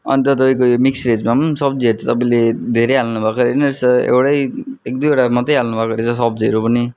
अन्त तपाईँको यो मिक्स वेजमा नि तपाईँको सब्जीहरू त तपाईँले धेरै हाल्नु भएको होइन रहेछ एउटै एक दुइवटा मात्रै हाल्नु भएको रहेछ सब्जीहरू पनि